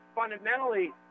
Fundamentally